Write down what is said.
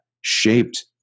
shaped